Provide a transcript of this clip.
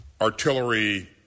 artillery